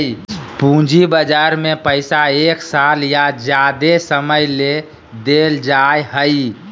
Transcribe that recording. पूंजी बजार में पैसा एक साल या ज्यादे समय ले देल जाय हइ